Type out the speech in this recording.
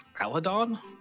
Aladon